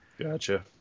Gotcha